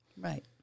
Right